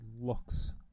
looks